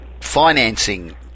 financing